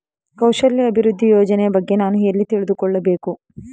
ಕೌಶಲ್ಯ ಅಭಿವೃದ್ಧಿ ಯೋಜನೆಯ ಬಗ್ಗೆ ನಾನು ಎಲ್ಲಿ ತಿಳಿದುಕೊಳ್ಳಬೇಕು?